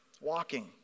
walking